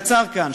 יצר כאן,